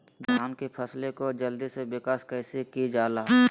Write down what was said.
धान की फसलें को जल्दी से विकास कैसी कि जाला?